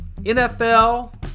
NFL